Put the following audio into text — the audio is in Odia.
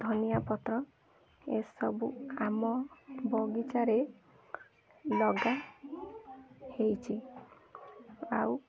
ଧନିଆ ପତ୍ର ଏସବୁ ଆମ ବଗିଚାରେ ଲଗା ହେଇଛିି ଆଉ